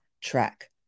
track